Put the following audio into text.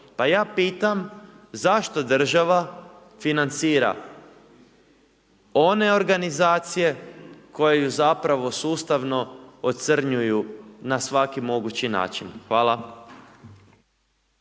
Pa ja pitam zašto država financira one organizacije koje ju zapravo ocrnjuju na svaki mogući način? Hvala.